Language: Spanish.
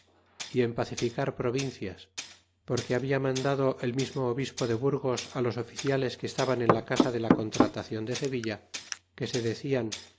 y en pacificar provincias porque habla mandado el mismo obispo de burgos los oficiales que estaban en la casa de la contratacion de sevilla que se declan